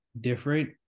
different